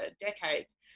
decades